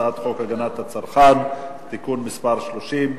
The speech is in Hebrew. הצעת חוק הגנת הצרכן (תיקון מס' 30)